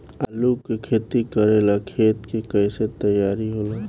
आलू के खेती करेला खेत के कैसे तैयारी होला?